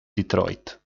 detroit